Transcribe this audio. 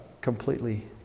completely